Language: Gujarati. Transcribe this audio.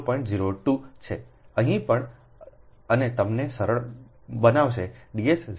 02 છે અહીં પણ અને તમને સરળ બનાવશે Ds 0